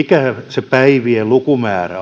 se päivien lukumäärä